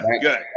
good